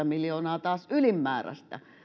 miljoonaa taas ylimääräistä